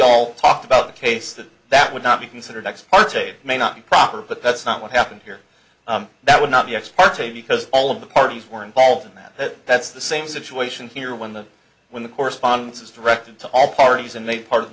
all talked about the case that that would not be considered ex parte may not be proper but that's not what happened here that would not be ex parte because all of the parties were involved in that that's the same situation here when the when the correspondence is directed to all parties and they part of the